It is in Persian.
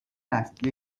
است